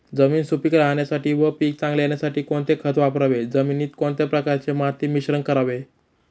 जमीन सुपिक राहण्यासाठी व पीक चांगले येण्यासाठी कोणते खत वापरावे? जमिनीत कोणत्या प्रकारचे माती मिश्रण करावे?